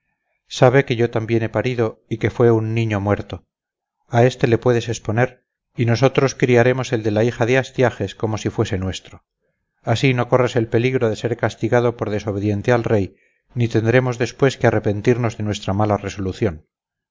sabe que yo también he parido y que fue un niño muerto a éste le puedes exponer y nosotros criaremos el de la hija de astiages como si fuese nuestro así no corres el peligro de ser castigado por desobediente al rey ni tendremos después que arrepentirnos de nuestra mala resolución